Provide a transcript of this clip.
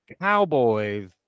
cowboys